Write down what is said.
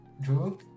drew